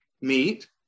meat